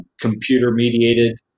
computer-mediated